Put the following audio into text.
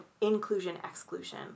inclusion-exclusion